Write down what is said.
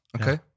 Okay